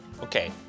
Okay